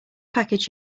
package